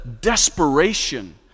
desperation